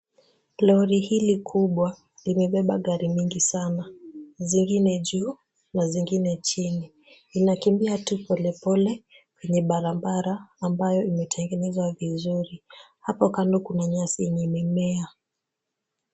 Lori hili kubwa limebeba gari mingi sana. Zingine juu na zingine chini. Linakimbia tu pole pole kwenye barabara ambayo imetengenezwa vizuri. Hapo kando kuna nyasi yenye imemea.